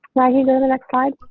like you know the next slide.